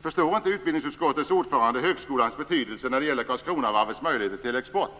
Förstår inte utbildningsutskottets ordförande högskolans betydelse när det gäller Karlskronavarvets möjligheter till export?